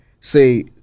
say